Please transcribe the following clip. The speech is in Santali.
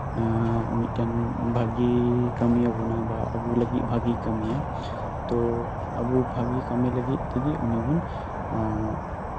ᱢᱤᱫᱴᱮᱱ ᱵᱷᱟᱹᱜᱤ ᱠᱟᱹᱢᱤᱭᱟᱵᱚᱱᱟ ᱵᱟ ᱟᱵᱚ ᱞᱟᱹᱜᱤᱫ ᱵᱷᱟᱹᱜᱮ ᱠᱟᱹᱢᱤᱭᱟ ᱛᱚ ᱟᱵᱚ ᱵᱷᱟᱜᱮ ᱠᱟᱹᱢᱤ ᱞᱟᱹᱜᱤᱫ ᱛᱮᱜᱮ ᱩᱱᱤ ᱵᱚᱱ ᱮᱫ